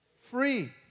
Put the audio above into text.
free